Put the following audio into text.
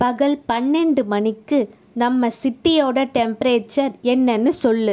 பகல் பன்னெண்டு மணிக்கு நம்ம சிட்டியோட டெம்ப்ரேச்சர் என்னென்னு சொல்